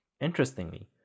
Interestingly